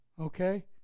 Okay